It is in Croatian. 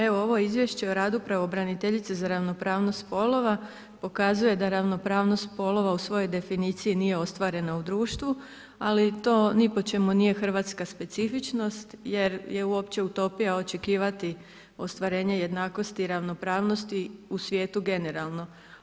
Evo ovo Izvješće o radu pravobraniteljice za ravnopravnost spolova pokazuje da ravnopravnost spolova u svojoj definiciji nije ostvareno u društvu, ali to ni po čemu nije hrvatska specifičnost jer je uopće utopija očekivati ostvarenje jednakosti i ravnopravnosti u svijetu generalno.